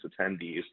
attendees